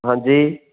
ਹਾਂਜੀ